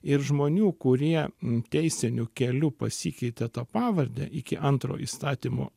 ir žmonių kurie teisiniu keliu pasikeitė tą pavardę iki antro įstatymo